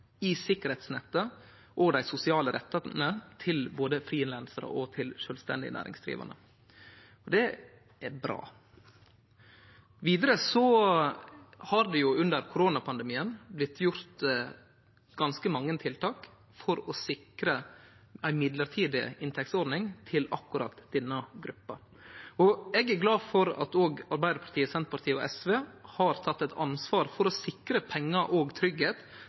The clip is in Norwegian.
i sikkerheitsnettet og dei sosiale rettane til både frilansarar og sjølvstendig næringsdrivande. Det er bra. Vidare har det under koronapandemien blitt gjort ganske mange tiltak for å sikre ei mellombels inntektsordning til akkurat denne gruppa. Eg er glad for at òg Arbeidarpartiet, Senterpartiet og SV har teke eit ansvar for å sikre pengar og